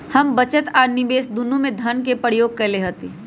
हम बचत आ निवेश दुन्नों में धन के प्रयोग कयले हती